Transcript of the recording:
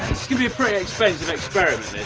to be a pretty expensive experiment